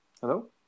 Hello